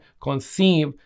conceive